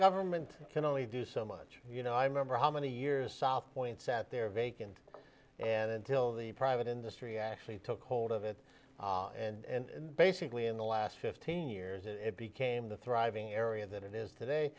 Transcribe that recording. government can only do so much you know i remember how many years south point sat there vacant and until the private industry actually took hold of it and basically in the last fifteen years it became the thriving area that it is today